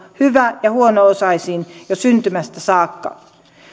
hyvä ja huono osaisiin jo syntymästä saakka